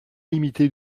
limitée